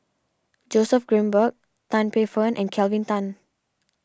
Joseph Grimberg Tan Paey Fern and Kelvin Tan